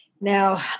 Now